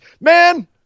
Man